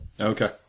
Okay